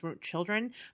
children